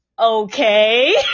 okay